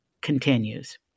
continues